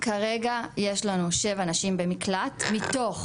כרגע יש לנו שבע נשים במקלט מתוך